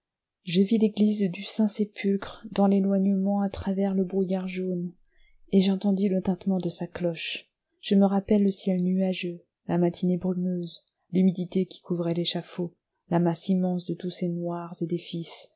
je vis l'église du saint sépulcre dans l'éloignement à travers le brouillard jaune et j'entendis le tintement de sa cloche je me rappelle le ciel nuageux la matinée brumeuse l'humidité qui couvrait l'échafaud la masse immense de tous ces noirs